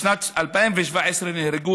בשנת 2017 נהרגו,